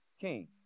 king